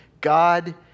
God